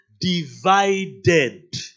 divided